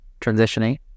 transitioning